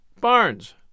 Barnes